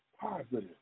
positive